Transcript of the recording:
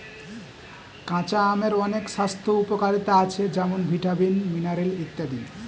কাঁচা আমের অনেক স্বাস্থ্য উপকারিতা আছে যেমন ভিটামিন, মিনারেল ইত্যাদি